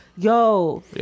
Yo